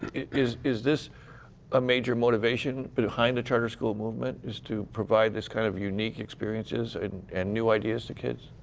is is this a major motivation behind the charter school movement is to provide this kind of unique experiences and new ideas to kids?